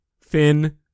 Finn